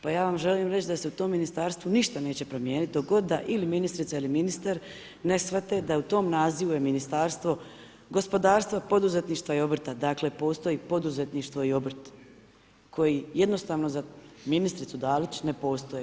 Pa ja vam želim reći da se u tom ministarstvu ništa neće promijeniti dok god da ili ministrica ili ministar ne shvate da u tom nazivu je Ministarstvu gospodarstva, poduzetništva i obrta dakle postoji poduzetništvo i obrt koji jednostavno za ministricu Dalić ne postoje.